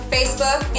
Facebook